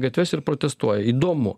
gatves ir protestuoja įdomu